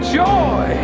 joy